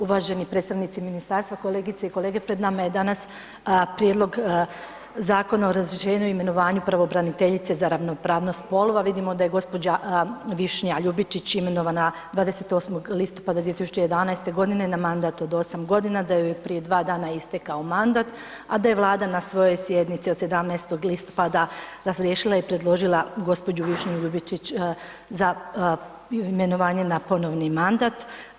Uvaženi predstavnici ministarstva, kolegice i kolege, pred nam je danas prijedlog Zakona o razrješenju i imenovanju pravobraniteljice za ravnopravnost spolova, vidimo da je gđa. Višnja Ljubičić imenovana 28. listopada 2011.g. na mandat od 8.g., da joj je prije 2 dana istekao mandat, a da je Vlada na svojoj sjednici od 17. listopada razriješila je i predložila gđu. Višnju Ljubičić za imenovanje na ponovni mandat.